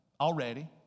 already